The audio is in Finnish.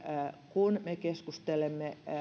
kun me keskustelemme